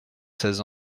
seize